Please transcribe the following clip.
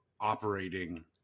operating